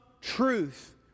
truth